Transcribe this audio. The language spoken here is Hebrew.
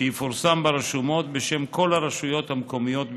שיפורסם ברשומות בשם כל הרשויות המקומיות בישראל.